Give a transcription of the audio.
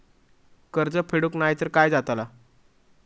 कर्ज फेडूक नाय तर काय जाताला?